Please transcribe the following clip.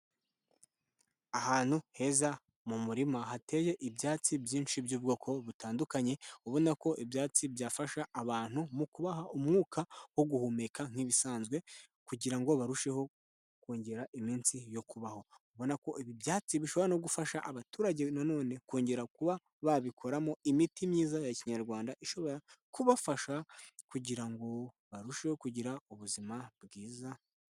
Ahantu heza mu murima hateye ibyatsi byinshi by'ubwoko butandukanye ubona ko ibyatsi byafasha abantu mu kubaha umwuka wo guhumeka nk'ibisanzwe, kugira ngo barusheho kongera iminsi yo kubaho. Ubona ko ibi byatsi bishobora no gufasha abaturage nanone kongera kuba babikoramo imiti myiza ya Kinyarwanda ishobora kubafasha kugirango ngo barusheho kugira ubuzima bwiza.